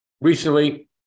Recently